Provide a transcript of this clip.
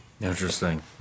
interesting